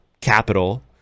capital